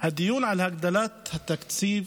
הדיון על הגדלת התקציב